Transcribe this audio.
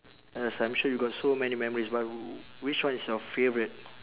yes I'm sure you got so many memories but which one is your favourite